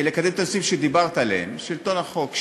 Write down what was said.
לקדם את הנושאים שדיברת עליהם: שלטון החוק,